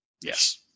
Yes